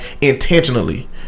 intentionally